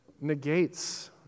negates